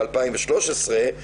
ב-2013,